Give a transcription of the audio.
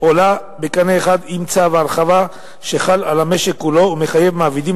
עולה בקנה אחד עם צו ההרחבה שחל על המשק כולו ומחייב מעבידים